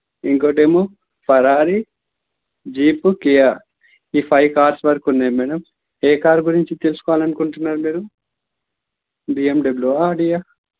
ఇంకోటి ఏమో Ferrari jeep Kia ఈ ఫైవ్ కార్స్ వరకు ఉన్నాయి మేడమ్ ఏ కార్ గురించి తెలుసుకోవాలి అనుకుంటున్నారు మీరు డబ్ల్యూఆ ఆడీ